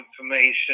information